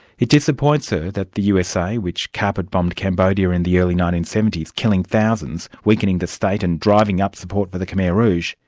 it disappoints her ah that the usa, which carpet-bombed cambodia in the early nineteen seventy s, killing thousands, weakening the state and driving up support for the khmer rouge,